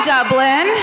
Dublin